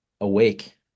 awake